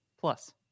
Plus